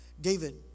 David